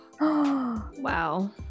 Wow